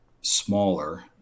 smaller